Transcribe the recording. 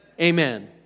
Amen